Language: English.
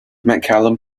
mccallum